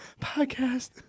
podcast